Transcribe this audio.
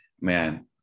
man